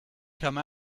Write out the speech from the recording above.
come